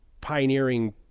pioneering